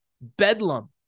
bedlam